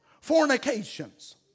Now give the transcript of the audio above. fornications